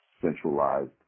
centralized